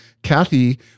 Kathy